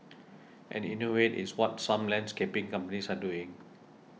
and innovate is what some landscaping companies are doing